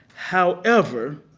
however,